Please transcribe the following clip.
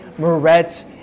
Moretz